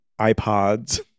iPods